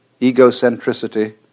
egocentricity